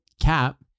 cap